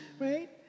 right